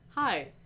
Hi